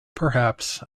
perhaps